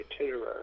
itinerary